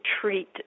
treat